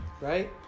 right